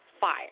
fire